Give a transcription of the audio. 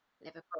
Liverpool